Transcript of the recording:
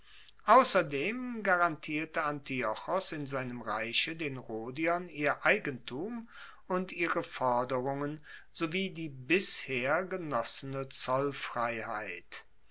ausserdem garantierte antiochos in seinem reiche den rhodiern ihr eigentum und ihre forderungen sowie die bisher genossene zollfreiheit